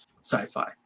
sci-fi